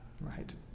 right